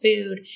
food